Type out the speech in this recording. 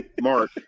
Mark